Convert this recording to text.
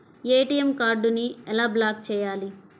ATM కార్డుని ఎలా block చేయాలి?